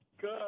Good